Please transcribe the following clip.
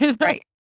Right